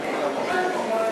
סעיפים 1